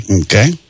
Okay